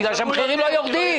בגלל שהמחירים לא יורדים.